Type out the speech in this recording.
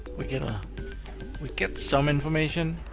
we get um we get some information.